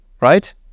right